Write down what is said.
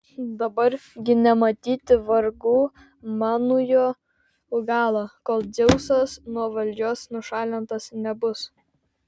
dabar gi nematyti vargų manųjų galo kol dzeusas nuo valdžios nušalintas nebus